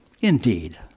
Indeed